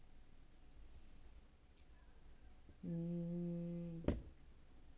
mm